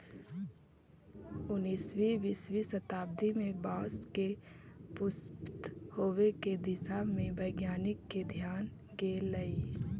उन्नीसवीं बीसवीं शताब्दी में बाँस के पुष्पित होवे के दिशा में वैज्ञानिक के ध्यान गेलई